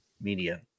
media